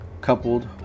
coupled